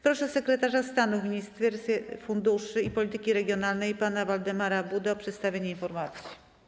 Proszę sekretarza stanu w Ministerstwie Funduszy i Polityki Regionalnej pana Waldemara Budę o przedstawienie informacji.